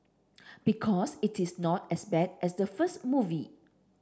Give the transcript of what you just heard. because it is not as bad as the first movie